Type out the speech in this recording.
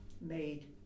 made